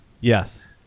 Yes